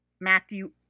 Matthew